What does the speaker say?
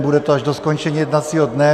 Bude to až do skončení jednacího dne.